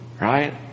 right